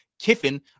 Kiffin